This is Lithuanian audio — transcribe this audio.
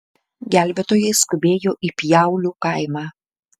gelbėtojai skubėjo į pjaulių kaimą